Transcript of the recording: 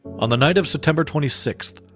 on the night of september twenty sixth,